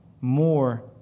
more